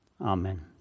amen